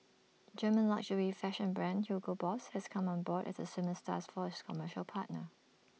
German luxury fashion brand Hugo boss has come on board as the swimming star's first commercial partner